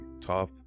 tough